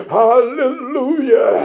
hallelujah